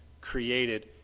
created